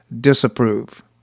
disapprove